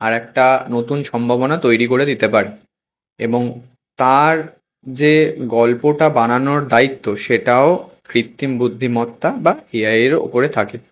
আর একটা নতুন সম্ভবনা তৈরি করে দিতে পারে এবং তার যে গল্পটা বানানোর দায়িত্ব সেটাও কৃত্রিম বুদ্ধিমত্তা বা এ আইয়েরও ওপরে থাকে